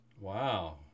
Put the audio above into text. Wow